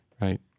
right